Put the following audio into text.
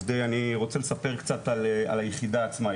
אני רוצה לספר קצת על היחידה עצמה,